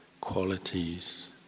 qualities